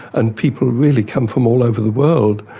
and people really come from all over the world,